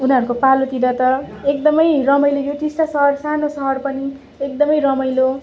उनीहरूको पालोतिर त एकदम रमाइलो यो टिस्टा सहर सानो सहर पनि एकदम रमाइलो